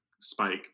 spike